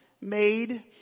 made